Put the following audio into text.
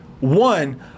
One